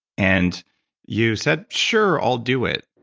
and you said, sure. i'll do it.